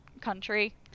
country